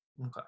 Okay